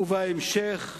ובהמשך,